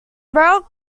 route